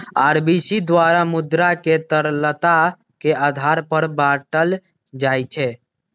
RBI द्वारा मुद्रा के तरलता के आधार पर बाटल जाइ छै